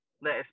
let